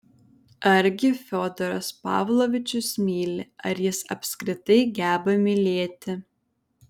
argi fiodoras pavlovičius myli ar jis apskritai geba mylėti